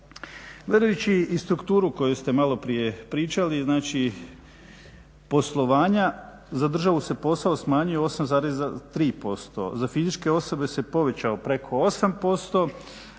Gledajući i strukturu koju ste maloprije pričali, znači poslovanja, za državu se posao smanjio 8,3%, za fizičke osobe se povećao preko 8%,